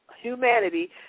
humanity